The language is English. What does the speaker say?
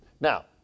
Now